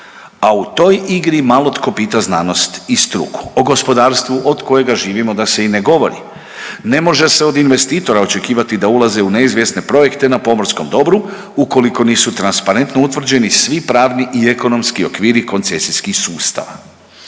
a u toj igri malo tko pita znanost i struku, o gospodarstvu od kojega živimo da se i ne govori. Ne može se od investitora očekivati da ulaze u neizvjesne projekte na pomorskom dobru ukoliko nisu transparentno utvrđeni svi pravni i ekonomski okviri koncesijskih sustava.